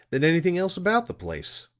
than anything else about the place.